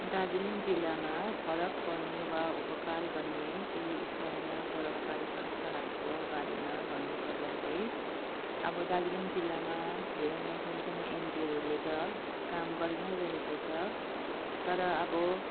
दार्जिलिङ जिल्लामा फरक पर्ने वा उपकार गर्ने केही स्थानीय परोपकारी संस्थाहरूको बारेमा भन्नुपर्दा चाहिँ अब दार्जिलिङ जिल्लामा धेरै नै सानो सानो एनजिओहरूले त काम गरि नै रहेको छ तर अब